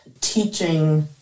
teaching